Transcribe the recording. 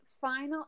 final